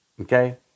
Okay